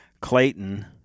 Clayton